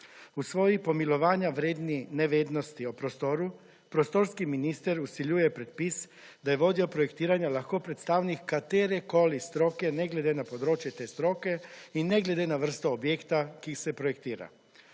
V svoji pomilovanja vredni nevednosti o prostoru, prostorski minister vsiljuje predpis, da je vodja projektiranja lahko predstavnik katerekoli stroke ne glede na področje te stroke in ne glede na vrsto objekta, ki se projektira.